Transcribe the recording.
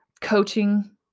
coaching